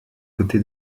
côté